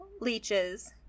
leeches